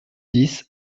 dix